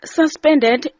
suspended